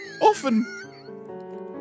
Often